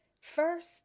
first